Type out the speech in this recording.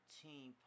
team